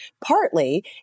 Partly